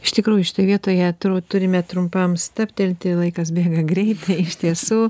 iš tikrųjų šitoj vietoje turbūt turime trumpam stabtelti laikas bėga greitai iš tiesų